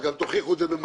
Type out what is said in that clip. גם תוכיחו את זה במעשים.